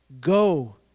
Go